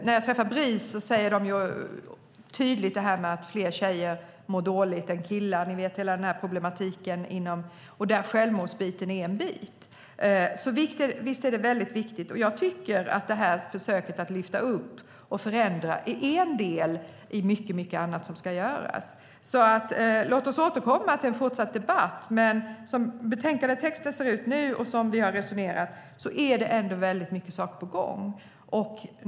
När jag träffar Bris säger de tydligt att fler tjejer än killar mår dåligt. Problematiken med självmord är en bit. Visst är det väldigt viktigt. Jag tycker att försöket att lyfta upp och förändra detta är en del, och mycket annat ska göras. Låt oss återkomma i den fortsatta debatten, men som betänkandetexten ser ut nu och som vi har resonerat är det ändå väldigt mycket saker på gång.